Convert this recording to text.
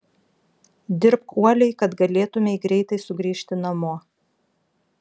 dirbk uoliai kad galėtumei greitai sugrįžti namo